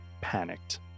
panicked